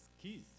keys